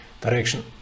direction